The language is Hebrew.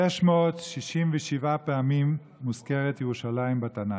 667 פעמים מוזכרת ירושלים בתנ"ך,